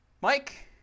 Mike